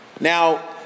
Now